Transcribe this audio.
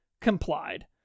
Complied